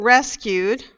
Rescued